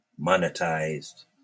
monetized